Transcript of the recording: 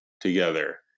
together